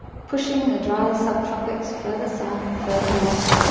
pushing the dry subtropics further south, further north.